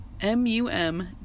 M-U-M